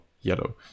yellow